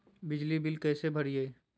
बिजली बिल कैसे भरिए?